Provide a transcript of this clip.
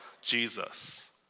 Jesus